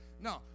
No